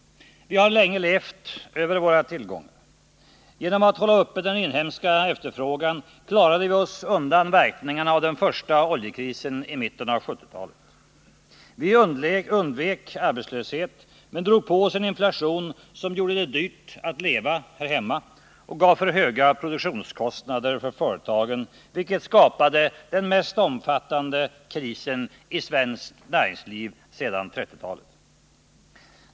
Vi har länge levt över våra tillgångar. Genom att hålla uppe den inhemska efterfrågan klarade vi oss undan verkningarna av den första oljekrisen i mitten av 1970-talet. Vi undvek arbetslöshet, men vi drog på oss en inflation som gjorde det dyrt att leva här hemma och gav för höga produktionskostnader för företagen, vilket skapade den mest omfattande krisen i svenskt näringsliv sedan 1930-talet.